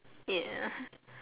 ya